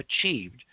achieved